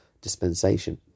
dispensation